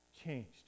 changed